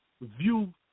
view